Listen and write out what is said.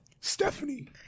Stephanie